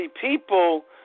people